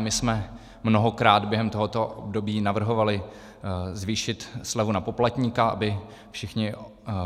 My jsme mnohokrát během tohoto období navrhovali zvýšit slevu na poplatníka, aby všichni